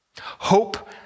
Hope